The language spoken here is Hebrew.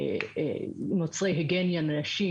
מוצרי היגיינה לנשים,